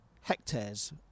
hectares